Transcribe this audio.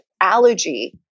allergy